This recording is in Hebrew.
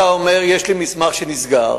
אתה אומר: יש לי מסמך שנסגר.